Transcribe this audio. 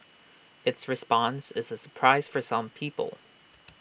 its response is A surprise for some people